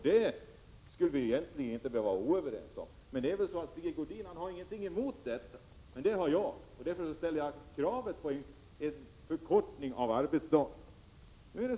Det skulle vi egentligen inte behöva vara oense om, men det är väl så att Sigge Godin inte har någonting emot detta, vilket jag däremot har. Därför ställer jag krav på förkortning av arbetsdagen.